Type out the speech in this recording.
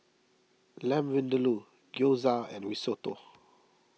Lamb Vindaloo Gyoza and Risotto